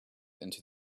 into